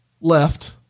left